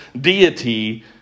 deity